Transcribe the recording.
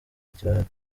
kirahari